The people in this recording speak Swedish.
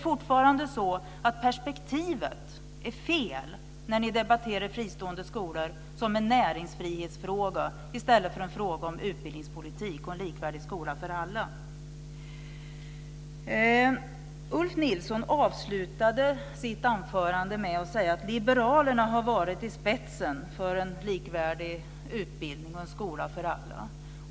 Fortfarande är perspektivet fel när ni debatterar fristående skolor som en näringsfrihetsfråga i stället för en fråga om utbildningspolitik och en likvärdig skola för alla. Ulf Nilsson avslutade sitt anförande med att säga att liberalerna har varit i spetsen för en likvärdig utbildning och en skola för alla.